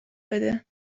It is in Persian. بده